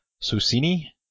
Susini